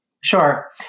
Sure